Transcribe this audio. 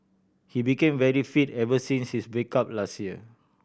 he became very fit ever since his break up last year